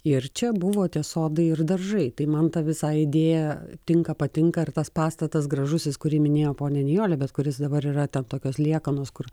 ir čia buvo tie sodai ir daržai tai man ta visa idėja tinka patinka ir tas pastatas gražusis kurį minėjo ponia nijolė bet kuris dabar yra tarp tokios liekanos kur